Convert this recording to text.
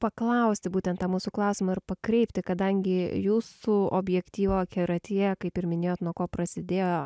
paklausti būtent tą mūsų klausimą ir pakreipti kadangi jūsų objektyvo akiratyje kaip ir minėjot nuo ko prasidėjo